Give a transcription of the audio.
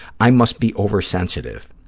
i must be oversensitive.